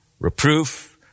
reproof